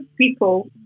people